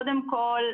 קודם כול,